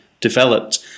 developed